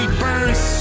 burns